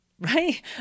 Right